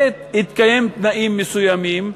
בהתקיים תנאים מסוימים,